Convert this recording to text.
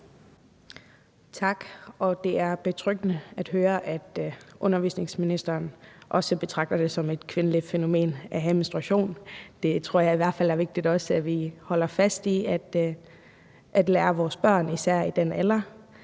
Tak. Det er betryggende at høre, at undervisningsministeren også betragter det som et kvindeligt fænomen at have menstruation. Det tror jeg i hvert fald også er vigtigt at vi holder fast i at lære vores børn, især i den alder.